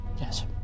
Yes